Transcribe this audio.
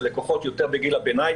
זה לקוחות יותר בגיל הביניים,